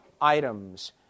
items